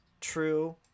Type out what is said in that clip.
true